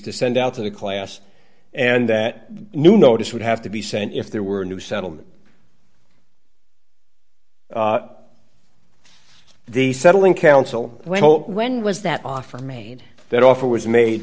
to send out to the class and that new notice would have to be sent if there were new settlement the settling counsel when was that offer made that offer was made